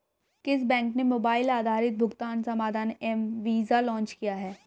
किस बैंक ने मोबाइल आधारित भुगतान समाधान एम वीज़ा लॉन्च किया है?